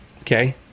okay